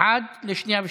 עד לשנייה ושלישית.